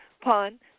Pun